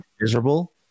miserable